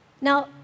Now